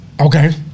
Okay